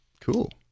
Cool